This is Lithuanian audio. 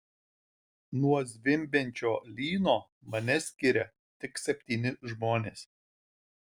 nuo zvimbiančio lyno mane skiria tik septyni žmonės